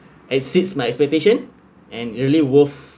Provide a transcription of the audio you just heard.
exceeds my expectation and really worth